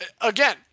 again